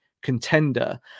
contender